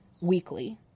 weekly